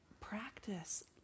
practice